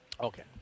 okay